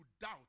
doubt